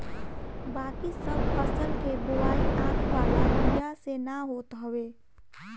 बाकी सब फसल के बोआई आँख वाला बिया से ना होत हवे